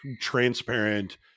transparent